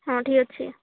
ହଁ ଠିକ୍ ଅଛି